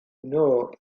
know